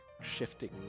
shifting